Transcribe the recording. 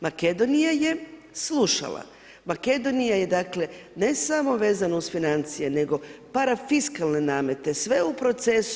Makedonija je slušala, Makedonija je dakle ne samo vezano uz financije nego parafiskalne namete sve u procesu.